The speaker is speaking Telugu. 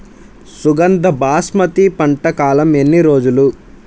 సుగంధ బాస్మతి పంట కాలం ఎన్ని రోజులు?